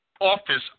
office